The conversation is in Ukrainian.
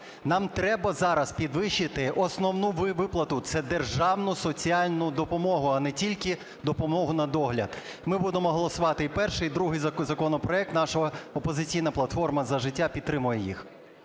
нам треба зараз підвищити основну виплату – це державну соціальну допомогу, а не тільки допомогу на догляд. Ми будемо голосувати і перший, і другий законопроект, наша "Опозиційна платформа – За життя" підтримує їх.